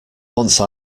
once